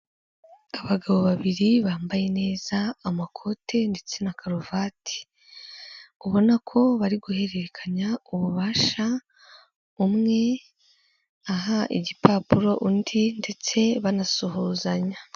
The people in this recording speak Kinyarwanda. Abagabo babiri bambaye neza amakoti ndetse na karuvati, ubona ko bari guhererekanya ububasha, umwe aha igipapuro undi ndetse banasuhuzanya.